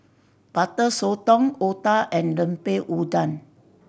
Butter Sotong otah and Lemper Udang